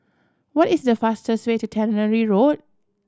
what is the fastest way to Tannery Road